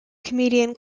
comedian